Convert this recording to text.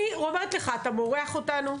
אני אומרת לך, אתה מורח אותנו.